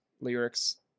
lyrics